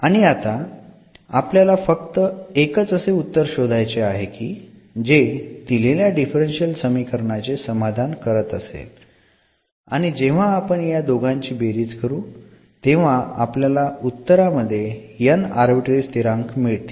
आणि आता आपल्याला फक्त एकच असे उत्तर शोधायचे आहे की जे दिलेल्या डिफरन्शियल समीकरणाचे समाधान करत असेल आणि जेव्हा आपण या दोघांची बेरिज करू तेव्हा आपल्याला उत्तरामध्ये n आर्बिट्ररी स्थिरांक मिळतील